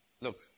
Look